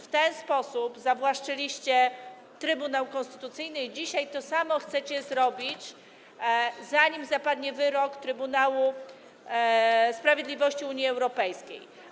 W ten sposób zawłaszczyliście Trybunał Konstytucyjny i dzisiaj to samo chcecie zrobić, zanim zapadnie wyrok Trybunału Sprawiedliwości Unii Europejskiej.